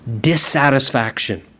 dissatisfaction